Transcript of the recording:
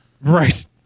Right